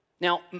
Now